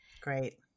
great